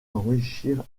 enrichir